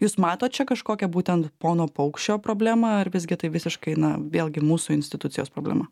jūs matot čia kažkokią būten pono paukščio problemą ar visgi tai visiškai na vėlgi mūsų institucijos problema